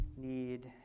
need